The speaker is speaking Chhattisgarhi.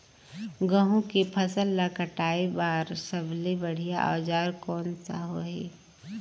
गहूं के फसल ला कटाई बार सबले बढ़िया औजार कोन सा होही?